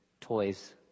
toys